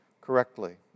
correctly